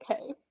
okay